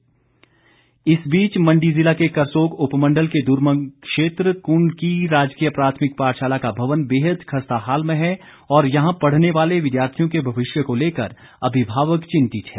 कुण्ड पाठशाला इस बीच मण्डी जिला के करसोग उपमण्डल के दुर्गम क्षेत्र कुण्ड की राजकीय प्राथमिक पाठशाला का भवन बेहद खस्ताहाल में है और यहां पढ़ने वाले विद्यार्थियों के भविष्य को लेकर अभिभावक चिंतित हैं